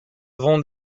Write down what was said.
vont